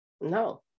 No